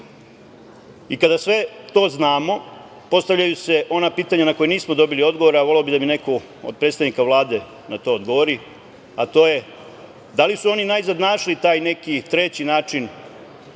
sve to znamo, postavljaju se ona pitanja na koja nismo dobili odgovor, a voleo bih da mi neko od predstavnika Vlade na to odgovori, a to je – da li su oni najzad našli taj neki treći način